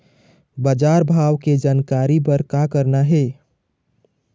बजार भाव के जानकारी बर का करना हे?